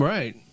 Right